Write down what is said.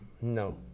no